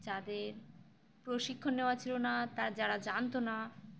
যাদের প্রশিক্ষণ নেওয়া ছিল না তার যারা জানতো না